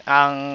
ang